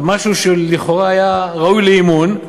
משהו שלכאורה היה ראוי לאמון,